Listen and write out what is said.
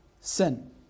sin